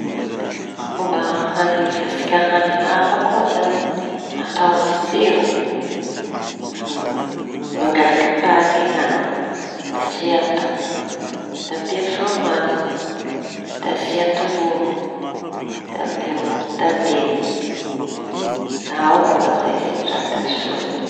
Fomba fanahivatsika hañi hafa koa zañy, atao matsiro. Mangalaky paty e añao da asia atody da ampia fromazy, da asia tolongo da ampia mortadely da ao koa za se raha da soa zay.